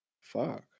Fuck